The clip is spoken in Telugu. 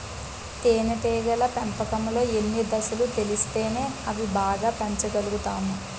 తేనేటీగల పెంపకంలో అన్ని దశలు తెలిస్తేనే అవి బాగా పెంచగలుతాము